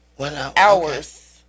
Hours